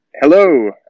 Hello